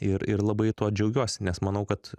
ir ir labai tuo džiaugiuosi nes manau kad